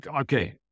okay